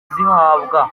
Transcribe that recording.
izihabwa